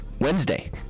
Wednesday